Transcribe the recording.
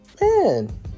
man